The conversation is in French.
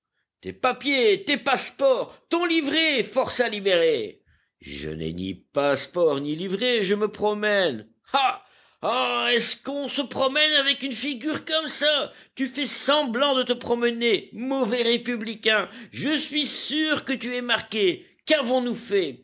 tes papiers tes passe-ports ton livret forçat libéré je n'ai ni passe-ports ni livret je me promène ah ah est-ce qu'on se promène avec une figure comme ça tu fais semblant de te promener mauvais républicain je suis sûr que tu es marqué qu'avons-nous fait